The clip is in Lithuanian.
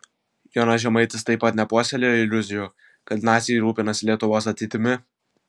jonas žemaitis taip pat nepuoselėjo iliuzijų kad naciai rūpinasi lietuvos ateitimi